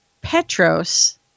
Petros